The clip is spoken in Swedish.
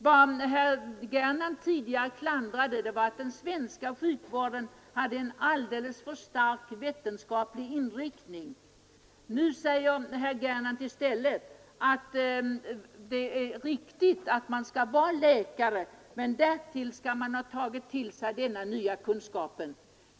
Vad herr Gernandt tidigare klandrade var att den svenska sjukvården hade en så vetenskaplig inriktning. Nu säger herr Gernandt i stället att det är riktigt att man skall vara läkare, men därtill skall man ha inhämtat denna nya kunskap.